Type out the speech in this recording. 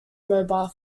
mobile